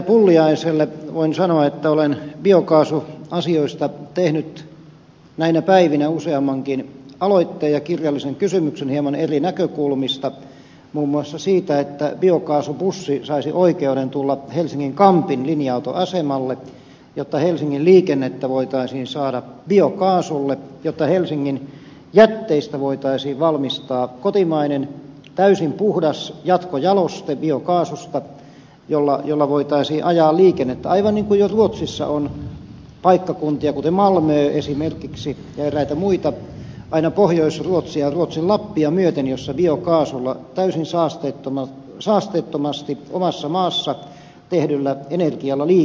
pulliaiselle voin sanoa että olen biokaasuasioista tehnyt näinä päivinä useammankin aloitteen ja kirjallisen kysymyksen hieman eri näkökulmista muun muassa siitä että biokaasubussi saisi oikeuden tulla helsingin kampin linja autoasemalle jotta helsingin liikennettä voitaisiin saada biokaasulle jotta helsingin jätteistä voitaisiin valmistaa biokaasusta kotimainen täysin puhdas jatkojaloste jolla voitaisiin ajaa liikennettä aivan niin kuin jo ruotsissa on paikkakuntia kuten esimerkiksi malmö ja eräitä muita aina pohjois ruotsia ja ruotsin lappia myöten joissa biokaasulla täysin saasteettomasti omassa maassa tehdyllä energialla liikutaan